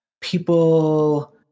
people